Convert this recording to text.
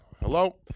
hello